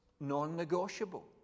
non-negotiable